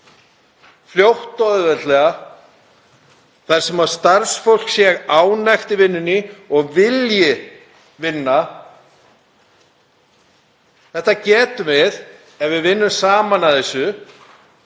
fljótt og auðveldlega, þar sem starfsfólk sé ánægt í vinnunni og vilji vinna. Þetta getum við, ef við vinnum saman að þessu,